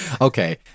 Okay